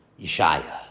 Yeshaya